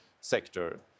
sector